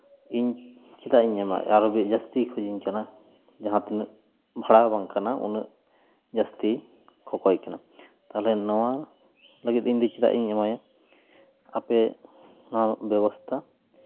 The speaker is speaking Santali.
ᱤᱧ ᱪᱮᱫᱟᱜ ᱤᱧ ᱮᱢᱟ ᱟᱨᱚ ᱡᱟᱹᱥᱛᱤ ᱠᱷᱚᱡᱤᱧ ᱠᱟᱱᱟ ᱡᱟᱦᱟᱸ ᱛᱤᱱᱟᱹᱜ ᱵᱷᱟᱲᱟ ᱵᱟᱝ ᱠᱟᱱᱟ ᱡᱟᱹᱥᱛᱤ ᱠᱚᱠᱚᱭ ᱠᱟᱱᱟ ᱛᱟᱦᱚᱞᱮ ᱱᱚᱣᱟ ᱞᱟᱹᱜᱤᱫ ᱤᱧ ᱫᱚ ᱪᱮᱫᱟᱜ ᱤᱧ ᱮᱢᱟᱭᱟ ᱟᱯᱮ ᱱᱚᱣᱟ ᱵᱮᱵᱚᱥᱛᱷᱟ